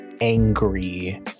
angry